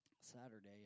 Saturday